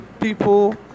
people